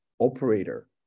operator